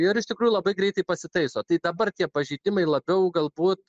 ir iš tikrųjų labai greitai pasitaiso tai dabar tie pažeidimai labiau galbūt